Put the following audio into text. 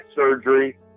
surgery